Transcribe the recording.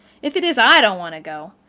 if it is i don't want to go.